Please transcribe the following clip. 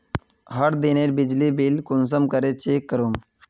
हर दिनेर बिजली बिल कुंसम करे चेक करूम?